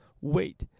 Wait